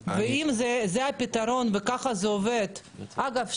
אם זה הפתרון וככה זה עובד אגב,